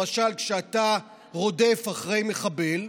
למשל כשאתה רודף אחרי מחבל,